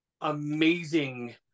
amazing